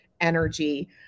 energy